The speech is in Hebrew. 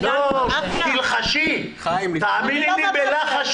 תלחשי, תאמיני לי, בלחש